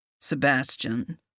Sebastian